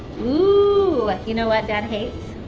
wooh. you know what dad hates?